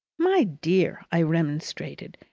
my dear! i remonstrated,